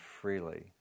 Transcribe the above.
freely